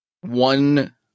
one